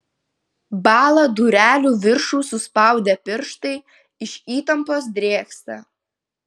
bąla durelių viršų suspaudę pirštai iš įtampos drėgsta